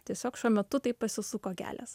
tiesiog šiuo metu taip pasisuko kelias